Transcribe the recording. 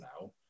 now